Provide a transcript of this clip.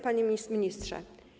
Panie Ministrze!